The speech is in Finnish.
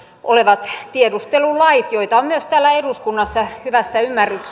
olevat tiedustelulait joita on myös täällä eduskunnassa hyvässä